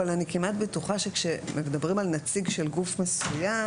אבל אני כמעט בטוחה שכשמדברים על נציג של גוף מסוים,